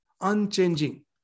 unchanging